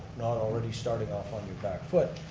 not already starting off on your back foot.